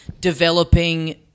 developing